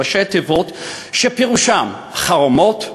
ראשי תיבות שפירושם חרמות,